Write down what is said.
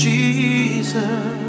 Jesus